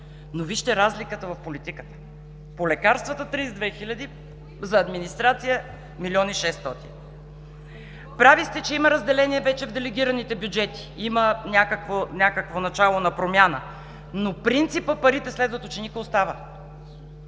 Но вижте разликата в политиката: по лекарствата – 32 хиляди, за администрация – 1 млн. 600 хил. лв. Прави сте, че вече има разделение в делегираните бюджети. Има някакво начало на промяна. Но принципът „парите следват ученика“ остава.